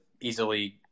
easily